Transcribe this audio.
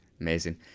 Amazing